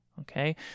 okay